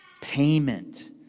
payment